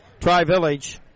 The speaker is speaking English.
Tri-Village